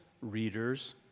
readers